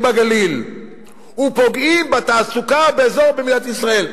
בגליל ופוגעים בתעסוקה באזור במדינת ישראל,